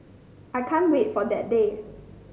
I can't wait for that day